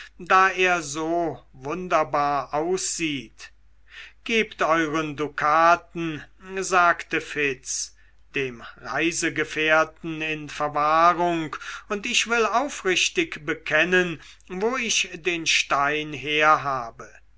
da er so wunderbar aussieht gebt euren dukaten sagte fitz dem reisegefährten in verwahrung und ich will aufrichtig bekennen wo ich den stein her habe